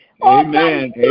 Amen